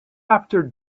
after